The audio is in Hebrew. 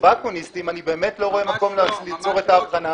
אני באמת לא רואה מקום ליצור את ההבחנה הזו.